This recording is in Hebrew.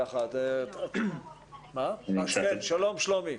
שלום שלומי.